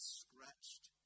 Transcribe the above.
scratched